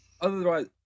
Otherwise